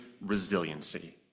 resiliency